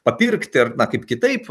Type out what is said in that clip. papirkti ar na kaip kitaip